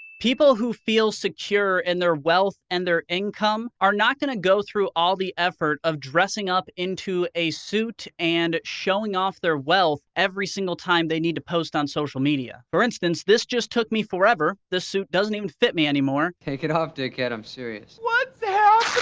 people who feel secure in and their wealth and their income are not gonna go through all the effort of dressing up into a suit and showing off their wealth every single time they need to post on social media. for instance, this just took me forever, this suit doesn't even fit me anymore. take it off, dickhead, i'm serious. what's